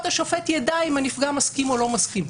השופט ידע אם הנפגע מסכים או לא מסכים.